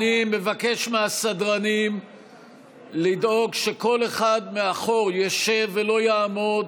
אני מבקש מהסדרנים לדאוג שכל אחד מאחור ישב ולא יעמוד,